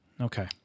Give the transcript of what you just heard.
Okay